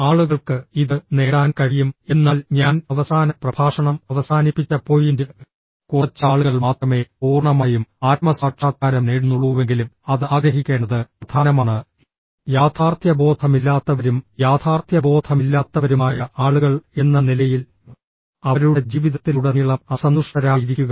ആളുകൾക്ക് ഇത് നേടാൻ കഴിയും എന്നാൽ ഞാൻ അവസാന പ്രഭാഷണം അവസാനിപ്പിച്ച പോയിന്റ് കുറച്ച് ആളുകൾ മാത്രമേ പൂർണ്ണമായും ആത്മസാക്ഷാത്കാരം നേടുന്നുള്ളൂവെങ്കിലും അത് ആഗ്രഹിക്കേണ്ടത് പ്രധാനമാണ് യാഥാർത്ഥ്യബോധമില്ലാത്തവരും യാഥാർത്ഥ്യബോധമില്ലാത്തവരുമായ ആളുകൾ എന്ന നിലയിൽ അവരുടെ ജീവിതത്തിലുടനീളം അസന്തുഷ്ടരായിരിക്കുക